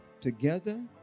together